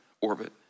orbit